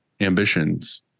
ambitions